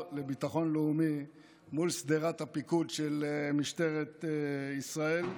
לביטחון לאומי מול שדרת הפיקוד של משטרת ישראל,